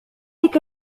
ذلك